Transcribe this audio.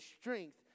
strength